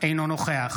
אינו נוכח